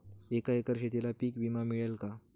एका एकर शेतीला पीक विमा मिळेल का?